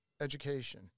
education